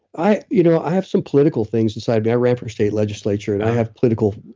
i you know i have some political things beside me. i ran for state legislature, and i have political,